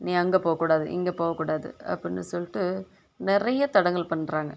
நீ அங்கேப்போக கூடாது இங்கேப்போக கூடாது அப்படின்னு சொல்லிட்டு நிறைய தடங்கல் பண்ணுறாங்க